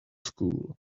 school